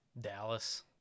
Dallas